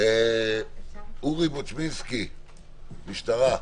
אורי בוצ'ומנסקי, המשטרה.